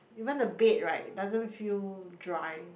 even the bed right doesn't feel dry